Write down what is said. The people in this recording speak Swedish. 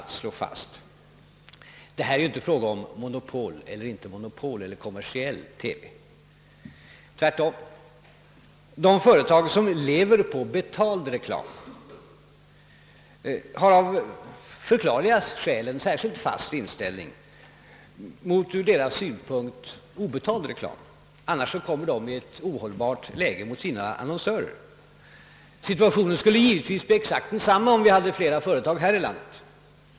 För det första är det här inte fråga om monopol eller inte monopol eller om kommersiell TV. De företag som lever på betald reklam har tvärtom av förklarliga skäl en särskilt fast inställning mot från deras synpunkt obetald reklam; annars hamnar de i ett ohållbart läge gentemot sina annonsörer. Situationen skulle givetvis bli exakt densamma, om vi hade flera radio eller TV-företag här i landet.